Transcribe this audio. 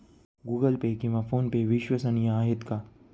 Google Pay किंवा PhonePe विश्वसनीय आहेत का?